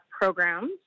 programs